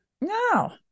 No